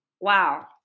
wow